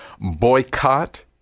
Boycott